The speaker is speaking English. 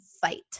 fight